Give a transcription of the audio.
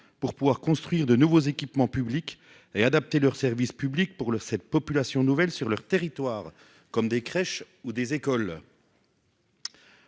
pour pouvoir construire de nouveaux équipements publics et adapter leurs services publics pour le cette population nouvelle sur leur territoire comme des crèches ou des écoles.--